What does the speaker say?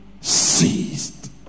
ceased